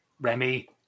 Remy